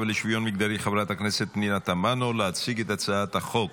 ולשוויון מגדרי חברת הכנסת פנינה תמנו להציג את הצעת החוק.